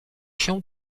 się